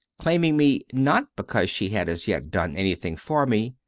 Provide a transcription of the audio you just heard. claiming me, not because she had as yet done anything for me,